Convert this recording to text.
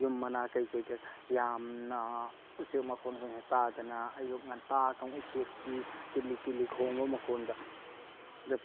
ꯌꯨꯝ ꯃꯅꯥꯛ ꯀꯩꯀꯩꯗ ꯌꯥꯝꯅ ꯎꯆꯦꯛ ꯃꯈꯣꯜꯀꯁꯦ ꯇꯥꯗꯅ ꯑꯌꯨꯛ ꯉꯟꯇꯥ ꯎꯆꯦꯛꯀꯤ ꯇꯤꯂꯤ ꯇꯤꯂꯤ ꯈꯣꯡꯕ ꯃꯈꯣꯜꯗ